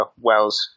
Wells